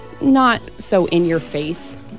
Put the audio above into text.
not-so-in-your-face